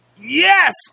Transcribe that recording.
Yes